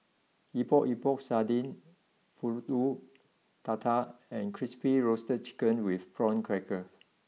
Epok Epok Sardin Pulut Tatal and Crispy Roasted Chicken with Prawn Crackers